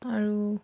আৰু